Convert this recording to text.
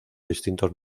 distintos